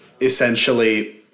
Essentially